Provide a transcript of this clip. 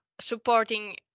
supporting